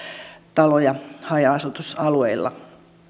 taloja haja asutusalueilla